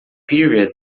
period